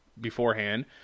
beforehand